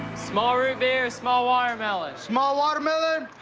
small root beer, small watermelon. small watermelon!